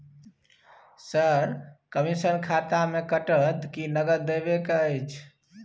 Sir, commission खाता से कटत कि नगद देबै के अएछ?